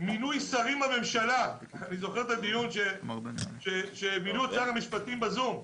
מינוי שרים בממשלה אני זוכר את הדיון עת מינו את שר המשפטים ב-זום.